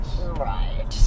Right